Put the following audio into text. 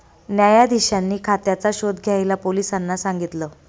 न्यायाधीशांनी खात्याचा शोध घ्यायला पोलिसांना सांगितल